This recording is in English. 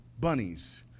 bunnies